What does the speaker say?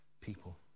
people